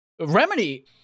Remedy